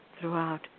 throughout